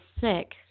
sick